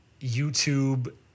YouTube